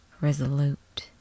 resolute